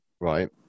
Right